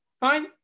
fine